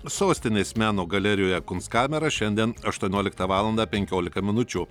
sostinės meno galerijoje kunstkamera šiandien aštuonioliktą valandą penkiolika minučių